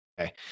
Okay